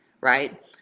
right